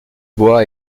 bois